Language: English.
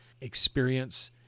experience